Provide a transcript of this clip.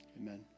amen